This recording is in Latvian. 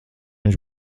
viņš